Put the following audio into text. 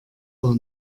war